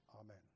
Amen